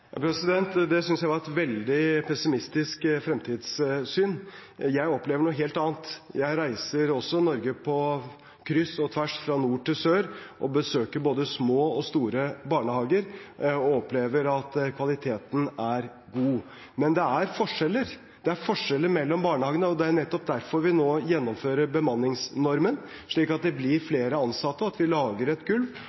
Det synes jeg var et veldig pessimistisk fremtidssyn. Jeg opplever noe helt annet. Jeg reiser også Norge på kryss og tvers, fra nord til sør, og besøker både små og store barnehager og opplever at kvaliteten er god. Men det er forskjeller mellom barnehagene. Det er nettopp derfor vi nå gjennomfører bemanningsnormen – slik at det blir